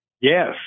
Yes